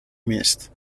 missed